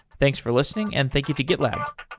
thank for listening, and thank you to gitlab.